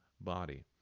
body